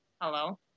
Hello